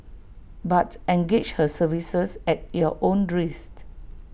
but engage her services at your own risk